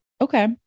okay